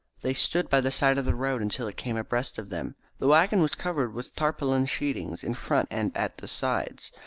they stood by the side of the road until it came abreast of them. the waggon was covered with tarpaulin sheetings in front and at the sides,